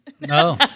No